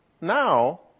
now